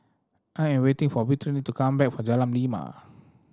I am waiting for Brittany to come back from Jalan Lima